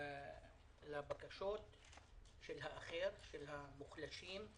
לבקשות של האחר, של המוחלשים,